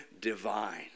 divine